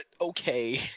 okay